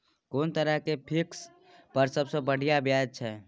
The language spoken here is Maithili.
कोन तरह के फिक्स पर सबसे बढ़िया ब्याज छै?